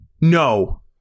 No